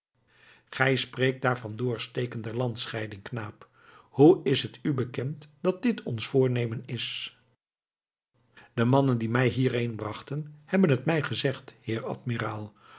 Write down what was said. gij spreekt daar van het doorsteken der landscheiding knaap hoe is het u bekend dat dit ons voornemen is de mannen die mij hierheen brachten hebben het mij gezegd heer admiraal